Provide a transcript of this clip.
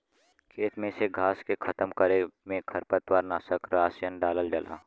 खेते में से घास के खतम करे में खरपतवार नाशक रसायन डालल जाला